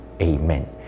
amen